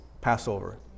Passover